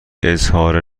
اظهار